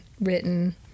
written